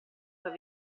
suoi